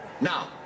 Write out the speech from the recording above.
Now